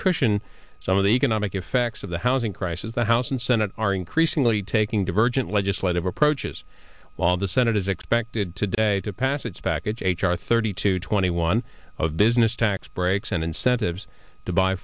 cushion some of the economic effects of the housing crisis the house and senate are increasingly taking divergent legislative approaches while the senate is expected today to pass its package h r thirty two twenty one of business tax breaks and incentives to buy